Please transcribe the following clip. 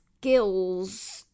skills